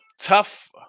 tough